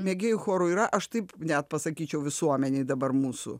mėgėjų chorų yra aš taip net pasakyčiau visuomenėj dabar mūsų